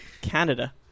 Canada